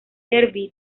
derby